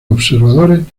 observadores